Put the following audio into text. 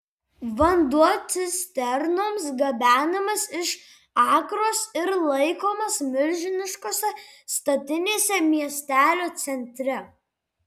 vanduo cisternomis gabenamas iš akros ir laikomas milžiniškose statinėse miestelio centre